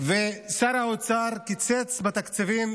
שר האוצר קיצץ בתקציבים